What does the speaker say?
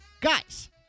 Guys